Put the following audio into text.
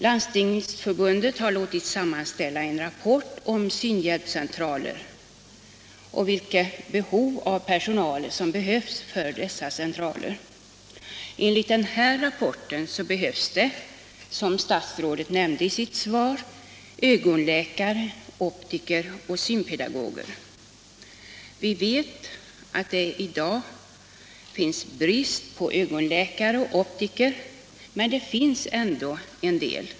Landstingsförbundet har låtit sammanställa en rapport om synhjälpscentraler och behoven av personal för dessa centraler. Enligt denna rapport behövs det, som statsrådet nämnde i sitt svar, ögonläkare, optiker och synpedagoger. Vi vet att det i dag råder brist på ögonläkare och optiker, men det finns ändå en del.